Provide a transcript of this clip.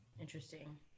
Interesting